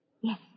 Yes